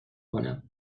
کنم